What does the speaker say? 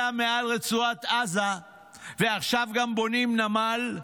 מעל רצועת עזה ועכשיו גם בונים נמל,